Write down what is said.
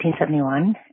1971